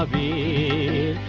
e